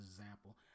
example